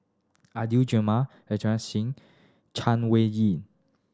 Adan Jimenez Inderjit Singh and Chay Weng Yew